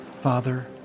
father